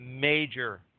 major